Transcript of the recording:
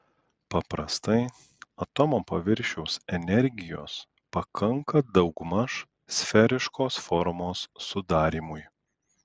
paprastai atomo paviršiaus energijos pakanka daugmaž sferiškos formos sudarymui